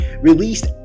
released